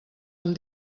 amb